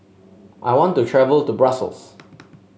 I want to travel to Brussels